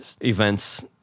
events